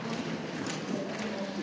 Hvala